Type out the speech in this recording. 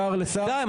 די.